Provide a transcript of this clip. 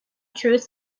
truth